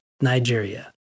Nigeria